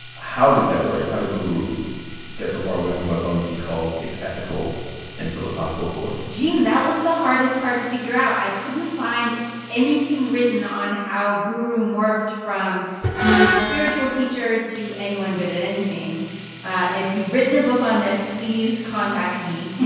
how did that word how did guru get so far away from what vamsee calls its ethical and philosophical core? gene, that was the hardest part to figure out. i couldn't find anything written on how guru morphed from meaning spiritual teacher to anyone good at anything. and if you've written a book on this, please contact me